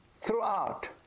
throughout